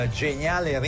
geniale